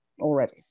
already